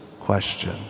question